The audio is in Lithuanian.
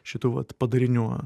šitų vat padarinių